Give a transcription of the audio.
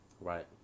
right